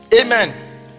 Amen